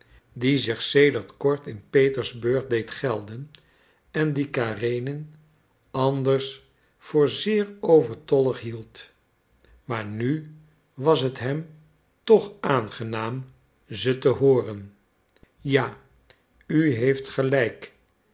die zich sedert kort in petersburg deed gelden en die karenin anders voor zeer overtollig hield maar nu was het hem toch aangenaam ze te hooren ja u heeft gelijk